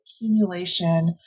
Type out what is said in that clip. accumulation